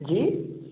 जी